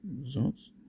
Results